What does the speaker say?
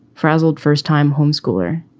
frazzled first time home schooler